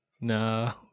No